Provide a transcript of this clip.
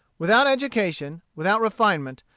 without education, without refinement,